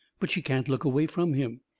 but she can't look away from him.